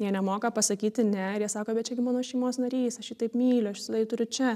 jie nemoka pasakyti ne ir jie sako bet čia gi mano šeimos narys aš jį taip myliu aš visada jį turiu čia